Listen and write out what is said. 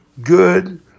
good